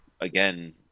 again